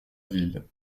ville